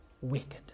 wicked